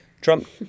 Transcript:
Trump